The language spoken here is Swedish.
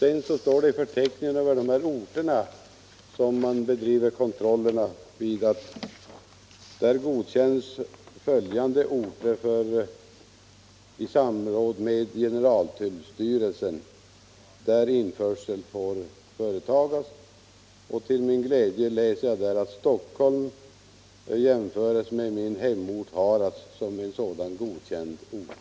I förteckningen över orter som har godkänts i samråd med generaltullstyrelsen och där införsel och kontroll får företas, läser jag till min glädje att Stockholm kan jämföras med min hemort Harads som en sådan godkänd ort.